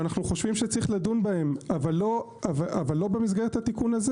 שיוכיחו משהו אחר, לא שהם שלחו משהו ברמה נמוכה.